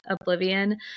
oblivion